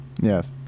Yes